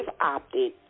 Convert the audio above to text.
opted